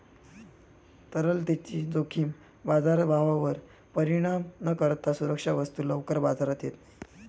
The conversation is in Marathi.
तरलतेची जोखीम बाजारभावावर परिणाम न करता सुरक्षा वस्तू लवकर बाजारात येत नाही